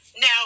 Now